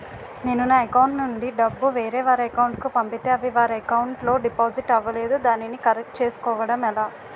నేను నా అకౌంట్ నుండి డబ్బు వేరే వారి అకౌంట్ కు పంపితే అవి వారి అకౌంట్ లొ డిపాజిట్ అవలేదు దానిని కరెక్ట్ చేసుకోవడం ఎలా?